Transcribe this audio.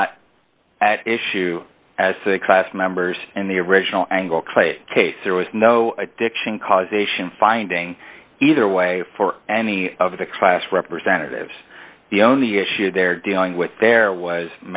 not at issue as class members and the original angle claim case there was no addiction causation finding either way for any of the class representatives the only issue they're dealing with there was